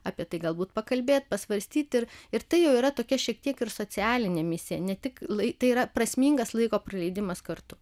apie tai galbūt pakalbėt pasvarstyt ir ir tai jau yra tokia šiek tiek ir socialinė misija ne tik lai tai yra prasmingas laiko praleidimas kartu